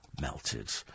melted